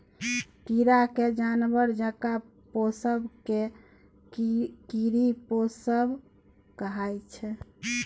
कीरा केँ जानबर जकाँ पोसब केँ कीरी पोसब कहय छै